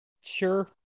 Sure